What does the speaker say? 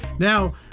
Now